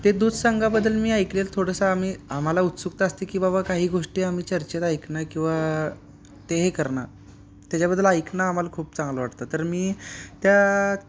ते दूधसंघाबद्दल मी ऐकलेलं थोडंसं आम्ही आम्हाला उत्सुकता असते की बाबा काही गोष्टी आम्ही चर्चेत ऐकणं किंवा ते हे करणं त्याच्याबद्दल ऐकणं आम्हाला खूप चांगलं वाटतं तर मी त्या